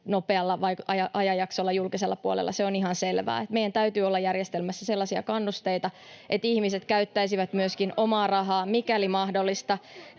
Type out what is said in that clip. nopealla ajanjaksolla julkisella puolella — se on ihan selvää. Meillä täytyy olla järjestelmässä sellaisia kannusteita, että ihmiset käyttäisivät myöskin omaa rahaa, mikäli mahdollista,